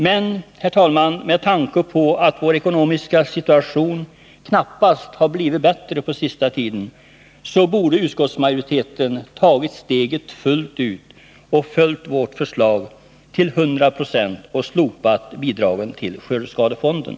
Men, herr talman, med tanke på att vår ekonomiska situation knappast har blivit bättre under den senaste tiden, så borde utskottsmajoriteten ha tagit steget fullt ut. Man borde ha följt vårt förslag till 100 26 och slopat bidragen till skördeskadefonden.